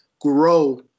grow